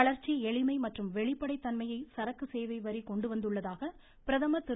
வளர்ச்சி எளிமை மற்றும் வெளிப்படைத் தன்மையை சரக்கு சேவை வரி கொண்டுவந்துள்ளதாக பிரதமர் திரு